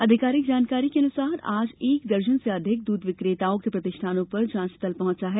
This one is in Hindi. आधिकारिक जानकारी के अनुसार आज एक दर्जन से अधिक दूध विक्रेताओं के प्रतिष्ठानों पर जांच दल पंहुचा है